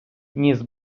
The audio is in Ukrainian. ніс